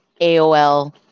AOL